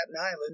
Island